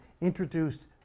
introduced